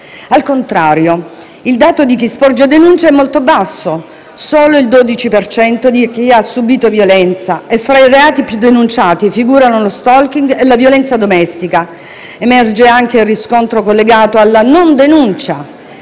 Al contrario, il dato di chi sporge denuncia è molto basso, solo il 12 per cento di chi ha subito violenza e fra i reati più denunciati figurano lo *stalking* e la violenza domestica. Emerge anche il riscontro collegato alla non denuncia: